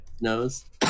Nose